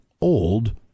old